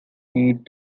need